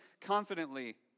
confidently